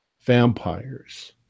vampires